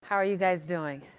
how are you guys doing?